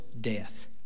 death